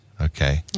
okay